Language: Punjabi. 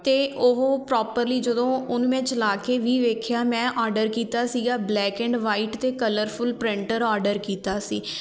ਅਤੇ ਉਹ ਪ੍ਰੋਪਰਲੀ ਜਦੋਂ ਉਹਨੂੰ ਮੈਂ ਚਲਾ ਕੇ ਵੀ ਵੇਖਿਆ ਮੈਂ ਔਡਰ ਕੀਤਾ ਸੀਗਾ ਬਲੈਕ ਐਂਡ ਵਾਈਟ ਅਤੇ ਕਲਰਫੁਲ ਪ੍ਰਿੰਟਰ ਔਡਰ ਕੀਤਾ ਸੀ